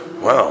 Wow